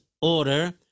order